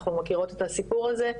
אנחנו מכירות את הסיפור הזה,